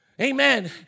Amen